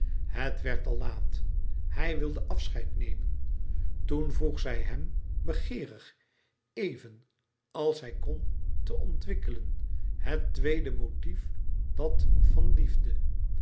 het werd al laat hij wilde afscheid nemen toen vroeg zij hem begeerig even als hij kon te ontwikkelen het tweede motief dat van liefde